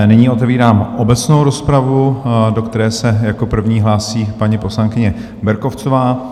Nyní otevírám obecnou rozpravu, do které se jako první hlásí paní poslankyně Berkovcová.